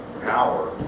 power